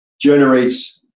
generates